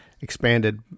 expanded